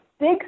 big